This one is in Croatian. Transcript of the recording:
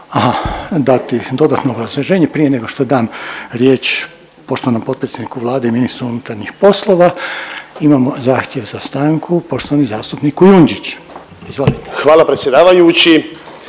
aha dati dodatno obrazloženje? Prije nego što dam riječ poštovanom potpredsjedniku Vlade i ministru unutarnjih poslova imamo zahtjev za stanku, poštovani zastupnik Kujundžić. Izvolite. **Kujundžić,